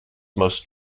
most